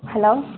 hello